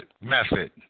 method